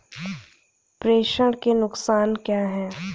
प्रेषण के नुकसान क्या हैं?